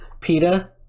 Peta